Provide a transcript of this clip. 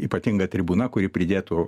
ypatinga tribūna kuri pridėtų